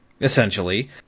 essentially